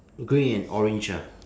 grey and orange ah